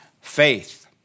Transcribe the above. Faith